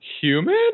human